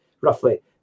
roughly